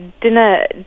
dinner